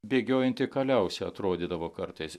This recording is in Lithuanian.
bėgiojanti kaliausė atrodydavo kartais